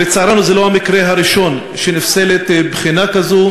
לצערנו, זה לא המקרה הראשון שנפסלת בחינה כזו.